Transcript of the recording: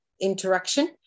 interaction